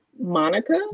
Monica